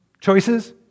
choices